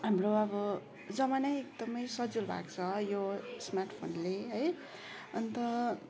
हाम्रो अब जमानै एकदमै सजिलो भएको छ यो स्मार्टफोनले है अन्त